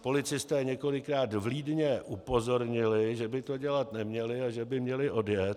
Policisté několikrát vlídně upozornili, že by to dělat neměli a že by měli odjet.